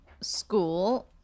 school